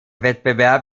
wettbewerb